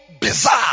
bizarre